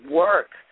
work